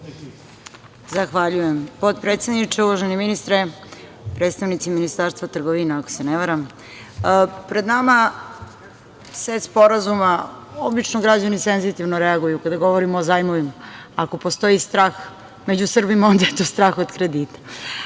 Zahvaljujem, potpredsedniče. Uvaženi ministre, predstavnici Ministarstva trgovine, ako se ne varam, pred nama set sporazuma, obično građani senzitivno reaguju kada govorimo o zajmovima. Ako postoji strah među Srbima onda je to strah od kredita. Hajde